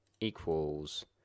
equals